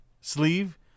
sleeve